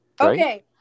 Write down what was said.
Okay